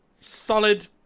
solid